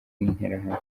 n’interahamwe